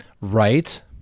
Right